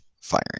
firing